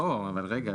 לא, רגע.